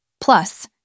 Plus